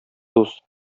дус